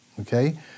Okay